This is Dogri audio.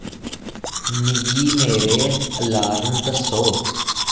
मिगी मेरे अलार्म दस्सो